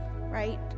right